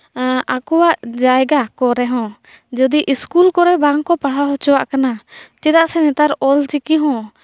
ᱟᱠᱚᱣᱟᱜ ᱡᱟᱭᱜᱟ ᱠᱚ ᱨᱮᱦᱚᱸ ᱡᱩᱫᱤ ᱥᱠᱩᱞ ᱠᱚᱨᱮ ᱵᱟᱝᱠᱚ ᱯᱟᱲᱦᱟᱣ ᱦᱚᱪᱚᱣᱟᱜ ᱠᱟᱱᱟ ᱪᱮᱫᱟᱜ ᱥᱮ ᱱᱮᱛᱟᱨ ᱚᱞᱪᱤᱠᱤ ᱦᱚᱸ